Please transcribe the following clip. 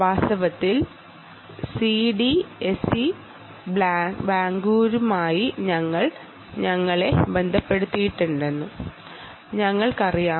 വാസ്തവത്തിൽ സിഡിഎസി ബാംഗ്ലൂരുമായി ഞങ്ങൾ ഞങ്ങളെ ബന്ധപ്പെടുത്തിയിട്ടുണ്ടെന്ന് നിങ്ങൾക്കറിയാമോ